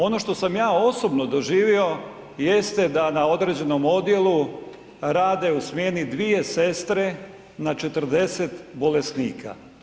Ono što sam ja osobno doživio jeste da na određenom odjelu rade u smjeni dvije sestre na 40 bolesnika.